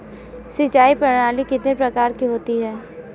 सिंचाई प्रणाली कितने प्रकार की होती है?